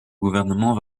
gouvernement